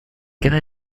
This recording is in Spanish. queda